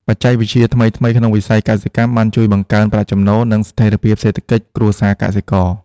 បច្ចេកវិទ្យាថ្មីៗក្នុងវិស័យកសិកម្មបានជួយបង្កើនប្រាក់ចំណូល និងស្ថិរភាពសេដ្ឋកិច្ចគ្រួសារកសិករ។